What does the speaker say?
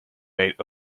mate